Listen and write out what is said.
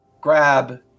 grab